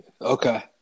okay